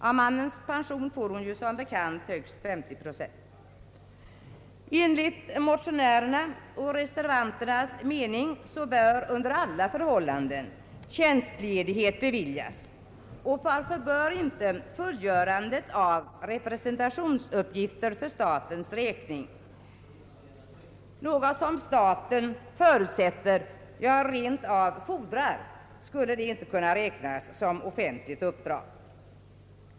Av mannens pension får hon ju som bekant högst 50 procent. Enligt motionärernas och reservanternas mening bör under alla förhållanden = tjänstledighet beviljas. Och varför bör inte fullgörandet av representationsuppgifter som staten förutsätter, ja, rent av fordrar, kunna räknas som offentligt uppdrag?